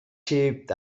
sheep